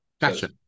Gotcha